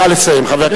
נא לסיים, חבר הכנסת.